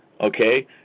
Okay